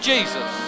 Jesus